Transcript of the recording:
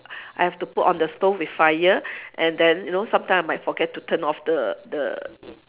I have to put on the stove with fire and then you know sometime I might forget to turn off the the